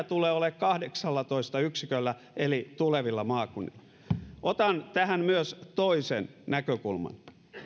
tulee olemaan kahdeksallatoista yksiköllä eli tulevilla maakunnilla otan tähän myös toisen näkökulman